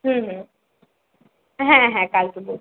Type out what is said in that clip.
হুম হুম হ্যাঁ হ্যাঁ কালকে বসবো